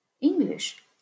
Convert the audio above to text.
English